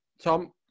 Tom